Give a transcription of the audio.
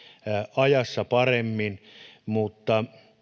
ajassa paremmin mutta